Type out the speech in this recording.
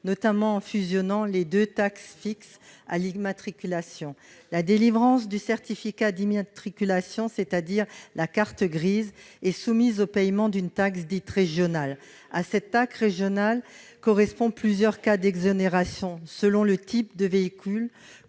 particulier, il fusionne les deux taxes fixes à l'immatriculation. La délivrance du certificat d'immatriculation, communément appelé carte grise, est soumise au paiement d'une taxe dite régionale, à laquelle correspondent plusieurs cas d'exonération, selon le type de véhicule-